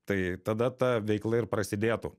tai tada ta veikla ir prasidėtų